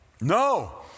No